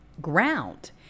ground